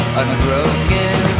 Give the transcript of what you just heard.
unbroken